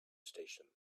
station